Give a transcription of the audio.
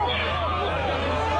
רק